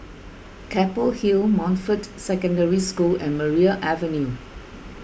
Keppel Hill Montfort Secondary School and Maria Avenue